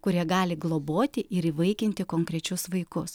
kurie gali globoti ir įvaikinti konkrečius vaikus